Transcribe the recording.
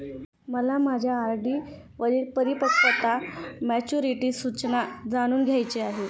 मला माझ्या आर.डी वरील परिपक्वता वा मॅच्युरिटी सूचना जाणून घ्यायची आहे